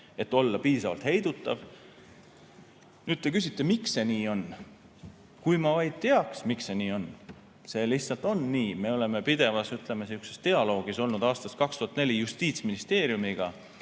et olla piisavalt heidutav. Nüüd te küsite, miks see nii on. Kui ma vaid teaks, miks see nii on. See lihtsalt on nii, me oleme pidevas sihukeses dialoogis olnud aastast 2004 Justiitsministeeriumiga.